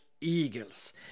eagles